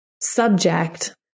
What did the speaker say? subject